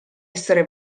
essere